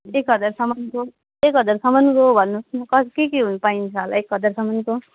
एक हजारसम्मको एक हजारसम्मको भन्नुहोस् न के के पाइन्छ होला एक हजारसम्मको